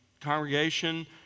congregation